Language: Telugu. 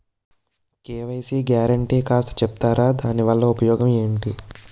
కే.వై.సీ గ్యారంటీ కాస్త చెప్తారాదాని వల్ల ఉపయోగం ఎంటి?